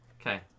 okay